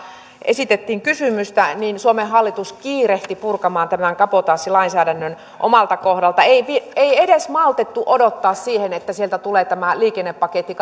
esitettiin kysymystä niin suomen hallitus kiirehti purkamaan tämän kabotaasilainsäädännön omalta kohdalta ei edes maltettu odottaa siihen että sieltä tulee tämä liikennepaketti